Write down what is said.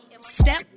Step